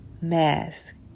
mask